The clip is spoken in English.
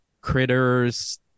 Critters